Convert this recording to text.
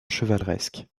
chevaleresque